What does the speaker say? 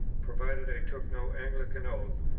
provided i took no anglican oath,